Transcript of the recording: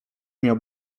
miał